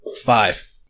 five